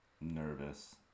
nervous